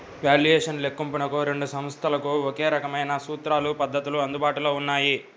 valuation లెక్కింపునకు రెండు సంస్థలకు ఒకే రకమైన సూత్రాలు, పద్ధతులు అందుబాటులో ఉన్నాయి